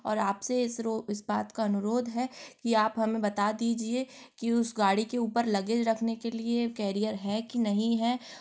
और आपसे इसरो इस बात का अनुरोध है कि आप हमें बता दीजिए की उस गाड़ी के ऊपर लगेज रखने के लिए कैरिअर है की नहीं है